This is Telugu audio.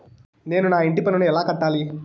నేను నా ఇంటి పన్నును ఎలా కట్టాలి?